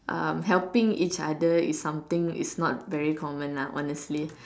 um helping each other is something is not very common lah honestly